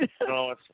No